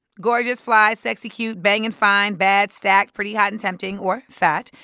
gorgeous, fly, sexy, cute, banging, and fine, bad, stacked, pretty, hot and tempting or phat,